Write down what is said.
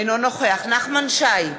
אינו נוכח נחמן שי,